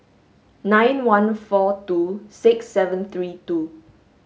nine one four two six seven three two